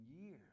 years